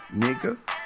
nigga